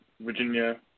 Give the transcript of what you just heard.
Virginia